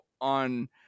on